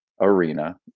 arena